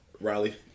Riley